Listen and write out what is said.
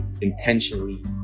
intentionally